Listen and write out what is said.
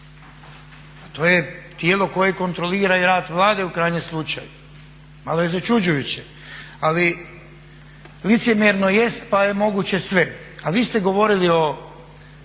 to je tijelo koje kontrolira i rad Vlade u krajnjem slučaju malo je začuđujuće, ali licemjerno jest pa je moguće sve. Ali vi ste govorili o